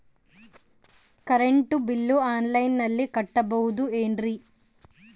Current bill ಆನ್ಲೈನಿನಲ್ಲಿ ಕಟ್ಟಬಹುದು ಏನ್ರಿ?